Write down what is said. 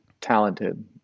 talented